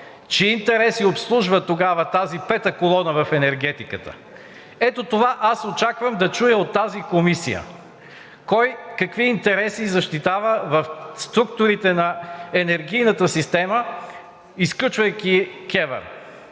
Чии интереси обслужва тогава тази пета колона в енергетиката? Ето това очаквам да чуя от тази комисия – кой какви интереси защитава в структурите на енергийната система, изключвайки КЕВР?